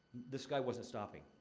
this guy wasn't stopping.